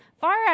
far